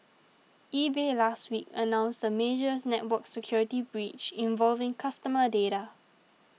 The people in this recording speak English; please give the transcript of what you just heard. eBay last week announced a major network security breach involving customer data